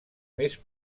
més